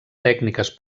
tècniques